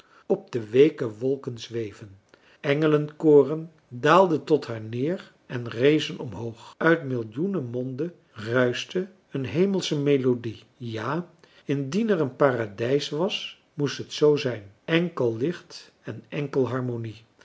op de weeke wolken zweven engelenkoren daalden tot haar neer en rezen omhoog uit millioenen monden ruischte een hemelsche melodie ja indien er een paradijs was moest het zoo zijn enkel licht en enkel harmonie